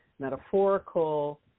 metaphorical